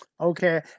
Okay